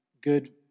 good